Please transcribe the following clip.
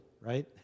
right